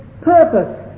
purpose